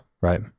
Right